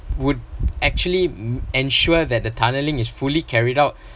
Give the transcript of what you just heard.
would actually ensure that the tunnelling is fully carried out